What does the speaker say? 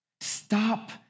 Stop